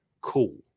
cool